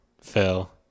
Phil